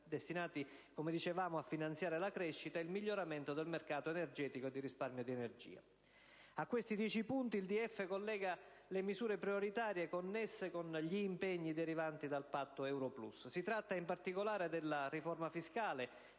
destinati a finanziare la crescita, il miglioramento del mercato energetico e di risparmio di energia. A questi dieci punti il DEF collega le misure prioritarie connesse con gli impegni derivanti dal Patto euro plus. Si tratta, in particolare, della riforma fiscale,